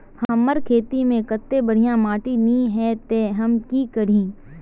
हमर खेत में अत्ते बढ़िया माटी ने है ते हम की करिए?